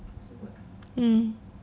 um